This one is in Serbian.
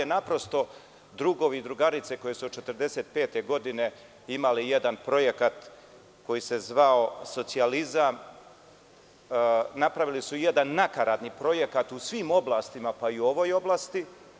Naprosto, drugovi i drugarice koji su od 1945. godine imali jedan projekat koji se zvao socijalizam, napravili su jedan nakaradni projekat u svim oblastima, pa i u ovoj oblasti.